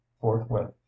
forthwith